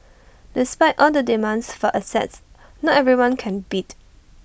despite all the demands for assets not everyone can bid